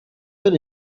then